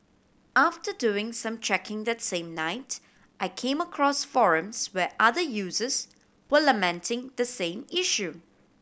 after doing some checking that same night I came across forums where other users were lamenting the same issue